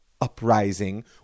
uprising